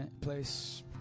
place